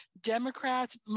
Democrats